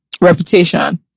reputation